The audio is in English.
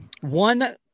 one